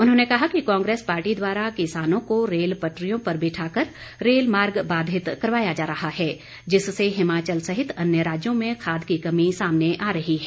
उन्होंने कहा कि कांग्रेस पार्टी द्वारा किसानों को रेल पटरियों पर बिठा कर रेल मार्ग बाधित करवाया जा रहा है जिससे हिमाचल सहित अन्य राज्यों में खाद की कमी सामने आ रही है